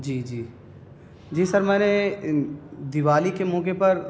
جی جی جی سر میں نے دیوالی کے موقعے پر